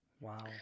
wow